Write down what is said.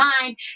mind